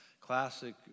classic